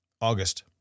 August